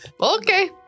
Okay